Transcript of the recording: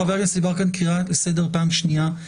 חבר הכנסת יברקן, קריאה לסדר פעם שנייה.